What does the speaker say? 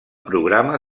programa